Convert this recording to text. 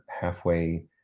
halfway